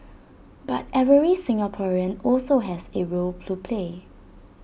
but every Singaporean also has A role to play